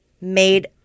made